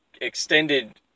extended